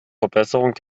verbesserung